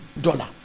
dollar